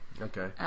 okay